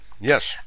Yes